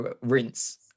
rinse